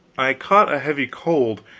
i caught a heavy cold,